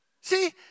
See